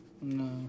No